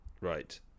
Right